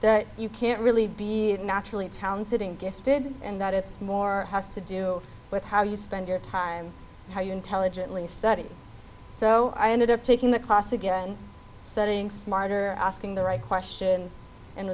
you can't really be natural in town sitting gifted and that it's more has to do with how you spend your time how you intelligently study so i ended up taking the class again setting smarter asking the right questions and